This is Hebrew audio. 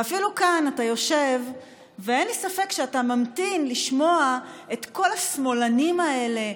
ואפילו כאן אתה יושב ואין לי ספק שאתה ממתין לשמוע את כל השמאלנים האלה,